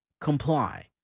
comply